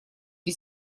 где